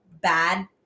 bad